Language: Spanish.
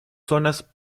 zonas